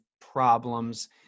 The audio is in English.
problems